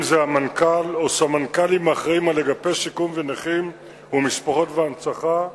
אם המנכ"ל או סמנכ"לים האחראים לאגפי שיקום ונכים ומשפחות והנצחה,